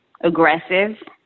aggressive